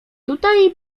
tutaj